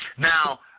Now